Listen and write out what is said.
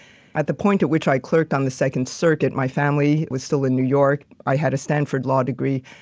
at the point at which i clerked on the second circuit, my family was still in new york, i had a stanford law degree,